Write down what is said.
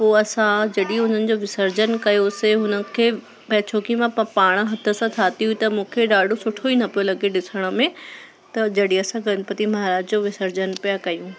पोइ असां जडी हुननि जो विसर्जन कयोसीं हुन खे पे छो की मां पाण हथ सां ठाही हुई त मूंखे ॾाढो सुठो ई न पियो लॻे ॾिसण में त जॾहिं असां गणपति महाराज जो विसर्जन पिया कयूं